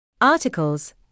Articles